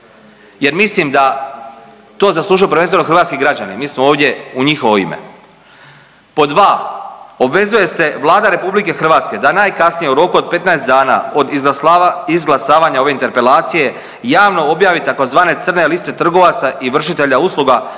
jer mislim da to zaslužuju prvenstveno hrvatski građani, mi smo ovdje u njihovo ime. Pod dva, obvezuje se Vlada RH da najkasnije u roku od 15 dana od izglasavanja ove interpelacije javno objavi tzv. crne liste trgovaca i vršitelja usluga koji su